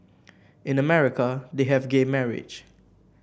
in America they have gay marriage